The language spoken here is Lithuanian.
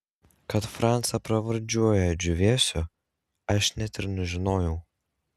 kad francą pravardžiuoja džiūvėsiu aš net ir nežinojau